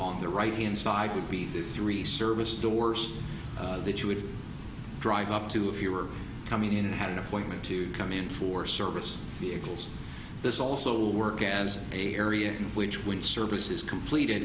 on the right hand side would be three service doors that you would drive up to if you were coming in had an appointment to come in for service vehicles this also work as a area in which when service is completed